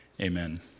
Amen